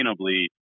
sustainably